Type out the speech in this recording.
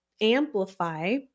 amplify